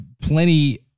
plenty